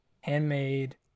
handmade